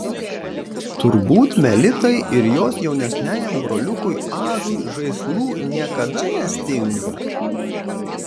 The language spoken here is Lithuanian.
turbūt melitai ir jos jaunesniajam broliukui adui žaislų niekada nestinga